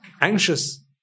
anxious